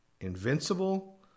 Invincible